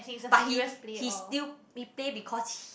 but he he still he play because he